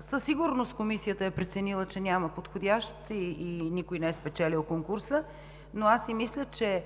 Със сигурност комисията е преценила, че няма подходящ и никой не е спечелил конкурса, но аз мисля, че